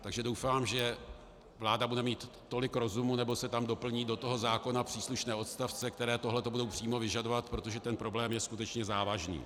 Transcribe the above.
Takže doufám, že vláda bude mít tolik rozumu nebo se doplní do toho zákona příslušné odstavce, které tohle budou přímo vyžadovat, protože ten problém je skutečně závažný.